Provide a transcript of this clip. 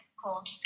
called